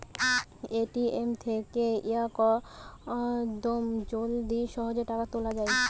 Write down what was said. ATM থেকে ইয়াকদম জলদি সহজে টাকা তুলে যায়